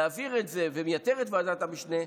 להעביר את זה ולייתר את ועדת המשנה,